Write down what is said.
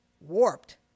warped